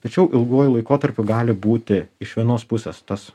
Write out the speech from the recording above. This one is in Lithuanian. tačiau ilguoju laikotarpiu gali būti iš vienos pusės tas